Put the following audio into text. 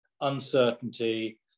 uncertainty